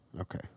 Okay